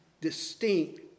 distinct